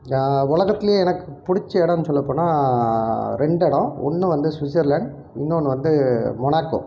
உலகத்துலே எனக்கு பிடிச்ச இடம்னு சொல்லப்போனால் ரெண்டு இடம் ஒன்று வந்து ஸ்விஸ்சர்லாந்த் இன்னொன்று வந்து மொனாக்கோ